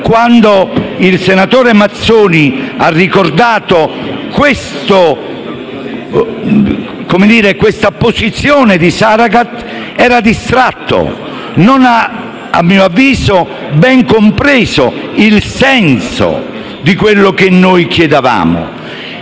quando il senatore Mazzoni ha ricordato questa posizione di Saragat, era distratto e non ha a mio avviso ben compreso il senso di quello che chiedevamo.